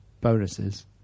Bonuses